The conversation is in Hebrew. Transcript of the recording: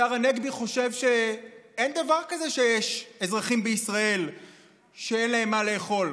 השר הנגבי חושב שאין דבר כזה שיש אזרחים בישראל שאין להם מה לאכול,